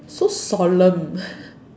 so solemn